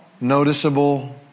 Noticeable